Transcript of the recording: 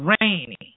rainy